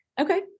Okay